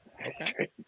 Okay